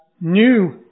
new